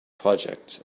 projects